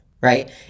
right